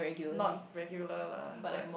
not regular lah but